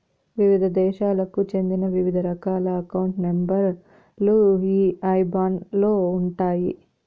వివిధ దేశాలకు చెందిన వివిధ రకాల అకౌంట్ నెంబర్ లు ఈ ఐబాన్ లో ఉంటాయి